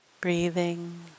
Breathing